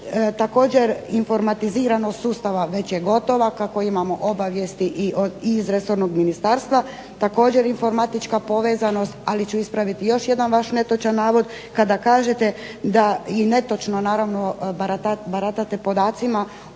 Također informatiziranost sustava je već gotova, kako imamo obavijesti iz resornog ministarstva. Također informatička povezanost ali ću ispraviti još jedan vaš netočan navod, kada kažete i netočno naravno baratate podacima